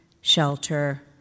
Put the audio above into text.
shelter